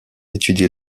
étudie